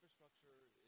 Infrastructure